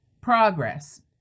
progress